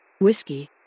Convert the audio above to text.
Whiskey